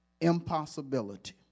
impossibility